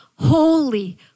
holy